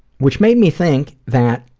which made me think that,